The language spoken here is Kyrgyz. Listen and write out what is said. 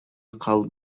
калып